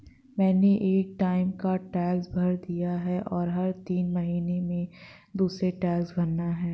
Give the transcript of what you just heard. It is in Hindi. मैंने एक टाइम का टैक्स भर दिया है, और हर तीन महीने में दूसरे टैक्स भरना है